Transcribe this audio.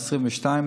22,